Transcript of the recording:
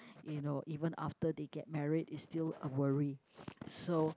you know even after they get married is still a worry so